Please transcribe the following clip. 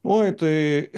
oi tai